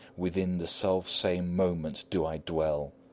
within the self-same moment do i dwell.